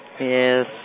Yes